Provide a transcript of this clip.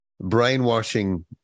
brainwashing